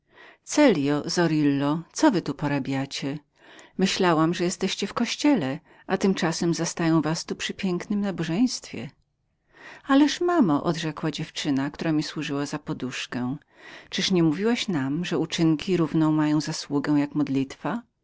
mówił celjo zorillo co wy tu porabiacie myślałem że jesteście w kościele a tymczasem zastaję was tu przy pięknem nabożeństwie ależ mamo odrzekła dziewczyna która mi służyła za poduszkę czyliż nie mówiłaś nam że uczynki równą mają zasługę jak modlitwa